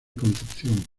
concepción